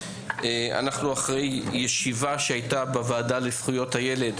אנחנו אחרי ישיבה שהייתה בוועדה לזכויות הילד,